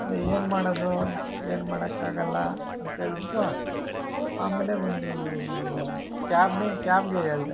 ಅದೇ ಏನು ಮಾಡೋದು ಏನು ಮಾಡೋಕ್ಕಾಗಲ್ಲ ಅಂತೇಳಿಬಿಟ್ಟು ಆಮೇಲೆ ಒಂದು ಕ್ಯಾಬನ್ನೇ ಕ್ಯಾಬ್ಗೆ ಹೇಳ್ದೆ